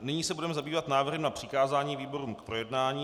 Nyní se budeme zabývat návrhy na přikázání výborům k projednání.